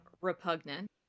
Repugnant